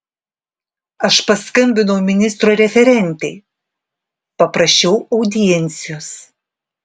aš paskambinau ministro referentei paprašiau audiencijos